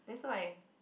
that's why